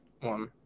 one